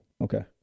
okay